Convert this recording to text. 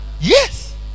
yes